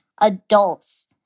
adults